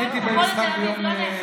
אני הייתי במשחק ביום,